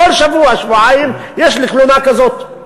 בכל שבוע-שבועיים יש לי תלונה כזאת.